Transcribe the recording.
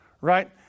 right